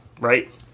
right